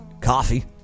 Coffee